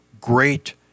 great